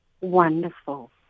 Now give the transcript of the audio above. Wonderful